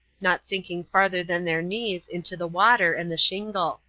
not sinking farther than their knees into the water and the shingle.